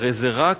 הרי זה רק